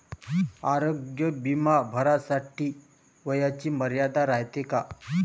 आरोग्य बिमा भरासाठी वयाची मर्यादा रायते काय?